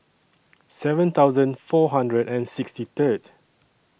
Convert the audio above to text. seven thousand four hundred and sixty Third